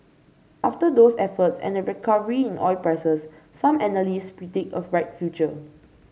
after those efforts and a recovery in oil prices some analysts predict a bright future